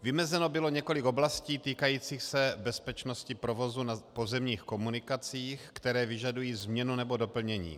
Vymezeno bylo několik oblastí týkajících se bezpečnosti provozu na pozemních komunikacích, které vyžadují změnu nebo doplnění.